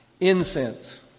incense